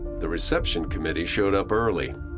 the reception committee showed up early.